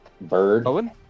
bird